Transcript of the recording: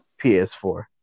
PS4